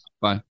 Bye